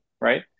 Right